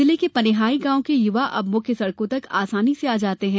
जिले के पनिहाई गांव के युवा अब मुख्य सड़कों तक आसानी से आ जाते है